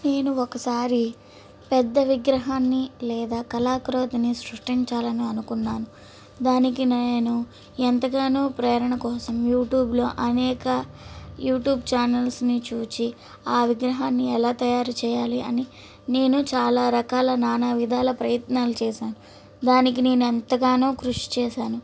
నేను ఒకసారి పెద్ద విగ్రహాన్ని లేదా కళాకృతిని సృష్టించాలని అనుకున్నాను దానికి నేను ఎంతగానో ప్రేరణ కోసం యూట్యూబ్లో అనేక యూట్యూబ్ ఛానల్స్ని చూచి ఆ విగ్రహాన్ని ఎలా తయారు చేయాలి అని నేను చాలా రకాల నానా విధాల ప్రయత్నాలు చేశాను దానికి నేను ఎంతగానో కృషి చేశాను